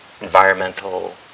environmental